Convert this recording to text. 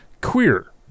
queer